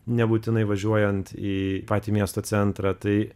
nebūtinai važiuojant į patį miesto centrą tai